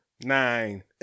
nine